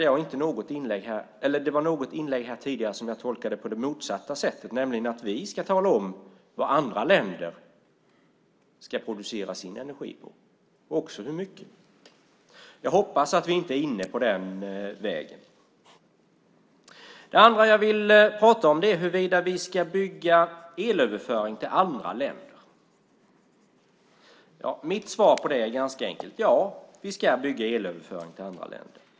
Jag tolkade något inlägg här tidigare på det motsatta sättet, nämligen att vi ska tala om hur andra länder ska producera sin energi och hur mycket. Jag hoppas att vi inte är inne på den vägen. Det andra jag vill tala om är huruvida vi ska bygga elöverföring till andra länder. Mitt svar på det är ganska enkelt. Ja, vi ska bygga elöverföring till andra länder.